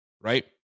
Right